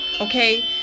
Okay